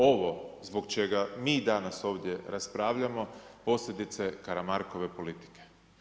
Ovo zbog čega mi danas ovdje raspravljamo, posljedice Karamarkove politike.